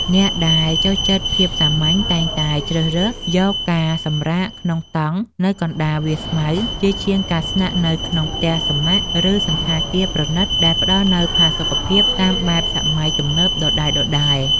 អ្នកដែលចូលចិត្តភាពសាមញ្ញតែងតែជ្រើសរើសយកការសម្រាកក្នុងតង់នៅកណ្ដាលវាលស្មៅជាជាងការស្នាក់នៅក្នុងផ្ទះសំណាក់ ឬ សណ្ឋាគារប្រណីតៗដែលផ្តល់នូវផាសុកភាពតាមបែបសម័យទំនើបដដែលៗ។